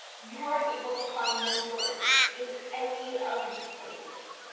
you are able to find mentors in any of these places.